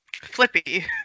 flippy